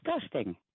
disgusting